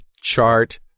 chart